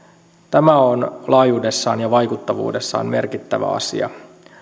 tämä on laajuudessaan ja vaikuttavuudessaan merkittävä asia